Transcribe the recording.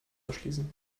erschließen